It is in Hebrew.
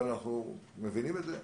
אבל אנחנו מבינים את זה.